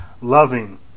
loving